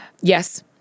Yes